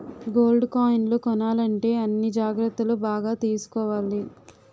gold కాయిన్లు కొనాలంటే అన్ని జాగ్రత్తలు బాగా తీసుకోవాలి